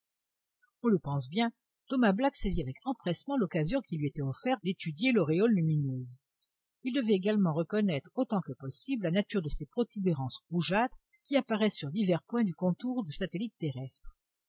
on le pense bien thomas black saisit avec empressement l'occasion qui lui était offerte d'étudier l'auréole lumineuse il devait également reconnaître autant que possible la nature de ces protubérances rougeâtres qui apparaissent sur divers points du contour du satellite terrestre